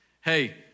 hey